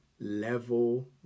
level